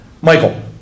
Michael